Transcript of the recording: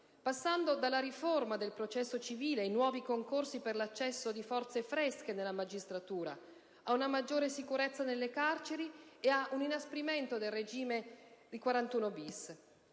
passando dalla riforma del processo civile ai nuovi concorsi per l'accesso di forze fresche nella magistratura, ad una maggiore sicurezza nelle carceri e ad un inasprimento del regime di 41-*bis*.